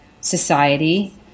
society